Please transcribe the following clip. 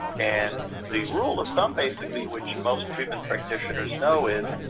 and the rule of thumb basically, which most treatment practitioners know is,